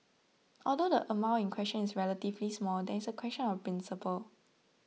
although the amount in question is relatively small there is a question of principle